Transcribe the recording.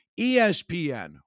ESPN